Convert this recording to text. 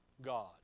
God